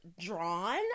Drawn